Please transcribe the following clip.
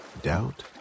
doubt